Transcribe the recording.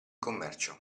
commercio